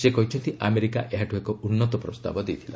ସେ କହିଛନ୍ତି ଆମେରିକା ଏହାଠ୍ର ଏକ ଉନ୍ତ ପ୍ରସ୍ତାବ ଦେଇଥିଲା